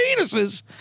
penises